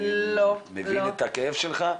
אני מבין את הכאב שלך,